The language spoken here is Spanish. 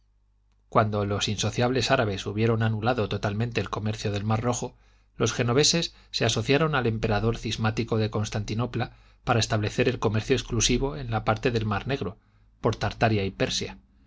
cuando los insociables árabes hubieron anulado totalmente el comercio del mar rojo los genoveses se asociaron al emperador cismático de constantinopla para establecer el comercio exclusivo en la parte del mar negro por tartaria y persia